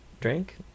drink